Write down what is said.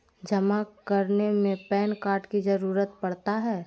जमा करने में पैन कार्ड की जरूरत पड़ता है?